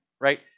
right